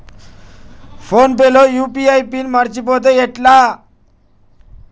Phone pay లో UPI PIN మరచిపోతే ఎట్లా?